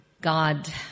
God